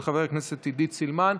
של חברת הכנסת עידית סילמן.